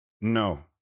No